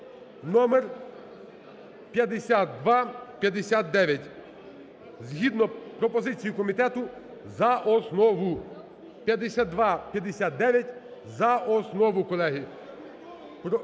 (номер 5259), згідно пропозиції комітету, за основу, 5259 за основу, колеги.